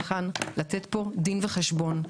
כדי לתת פה דין וחשבון.